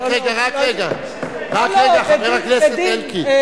רק רגע, חבר הכנסת אלקין.